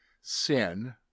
sin